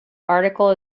article